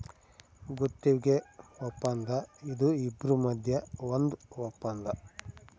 ಗುತ್ತಿಗೆ ವಪ್ಪಂದ ಇದು ಇಬ್ರು ಮದ್ಯ ಒಂದ್ ವಪ್ಪಂದ